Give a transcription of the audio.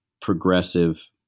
progressive